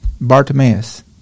Bartimaeus